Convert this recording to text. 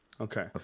okay